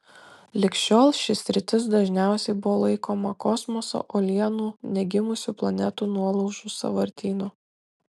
lig šiol ši sritis dažniausiai buvo laikoma kosmoso uolienų negimusių planetų nuolaužų sąvartynu